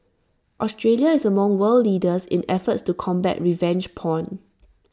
Australia is among world leaders in efforts to combat revenge porn